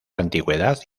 antigüedad